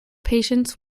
patients